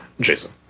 Jason